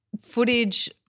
footage